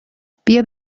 بیا